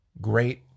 Great